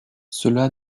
cela